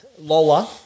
Lola